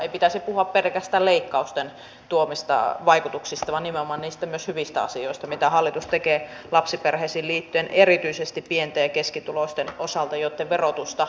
ei pitäisi puhua pelkästään leikkausten tuomista vaikutuksista vaan nimenomaan myös niistä hyvistä asioista mitä hallitus tekee lapsiperheisiin liittyen erityisesti pieni ja keskituloisten osalta joitten verotusta tullaan keventämään